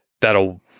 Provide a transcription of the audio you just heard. that'll